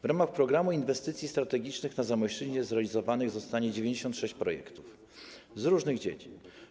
W ramach Programu Inwestycji Strategicznych na Zamojszczyźnie zrealizowanych zostanie 96 projektów z różnych dziedzin.